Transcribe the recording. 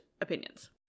opinions